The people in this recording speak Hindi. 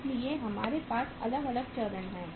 इसलिए हमारे पास अलग अलग चरण हैं